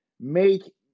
make